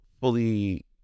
fully